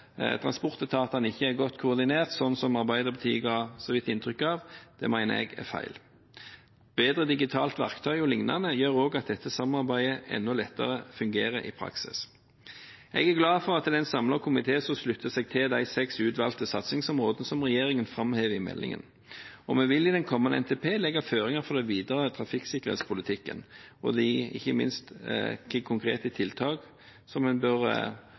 transportetatene ikke er godt koordinert, slik Arbeiderpartiet så vidt gjør, mener jeg er feil. Bedre digitalt verktøy o.l. gjør også at dette samarbeidet enda lettere fungerer i praksis. Jeg er glad for at det er en samlet komité som slutter seg til de seks utvalgte satsingsområdene som regjeringen framhever i meldingen, og vi vil i den kommende NTP-en legge føringer for den videre trafikksikkerhetspolitikken og ikke minst for hvilke konkrete tiltak som en bør